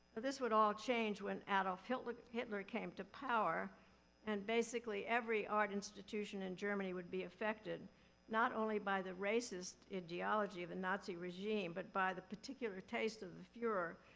this would all change when adolf hitler hitler came to power and basically every art institution in germany would be affected not only by the racist ideology of the and nazi regime, but by the particular taste of the fuhrer,